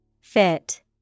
Fit